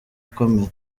akomeye